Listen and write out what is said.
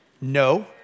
No